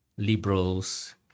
liberals